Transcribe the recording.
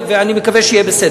ואני מקווה שיהיה בסדר.